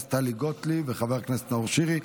הכנסת טלי גוטליב וחבר הכנסת נאור שירי.